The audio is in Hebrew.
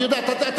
לא.